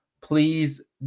please